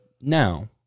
now